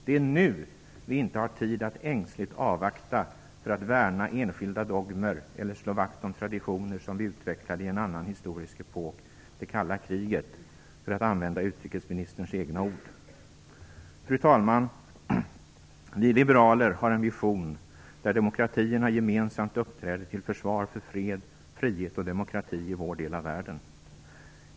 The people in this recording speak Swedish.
Det är nu vi inte har tid "att ängsligt avvakta för att värna enskilda dogmer eller slå vakt om traditioner som vi utvecklade i en annan historisk epok, det kalla kriget", för att använda utrikesministerns egna ord. Fru talman! Vi liberaler har en vision, där demokratierna gemensamt uppträder till försvar för fred, frihet och demokrati i vår del av världen.